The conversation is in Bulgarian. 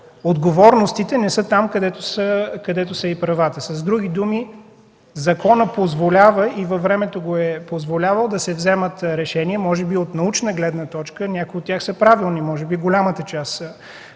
отговорностите не са там, където са и правата. С други думи, законът позволява, и във времето го е позволявал, да се вземат решения – може би от научна гледна точка някои от тях са правилни, може би голямата част са